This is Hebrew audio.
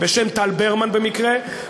בשם טל ברמן, במקרה.